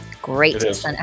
great